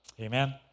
Amen